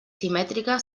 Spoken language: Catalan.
simètrica